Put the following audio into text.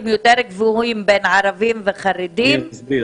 יותר גבוהים בין ערבים וחרדים בגלל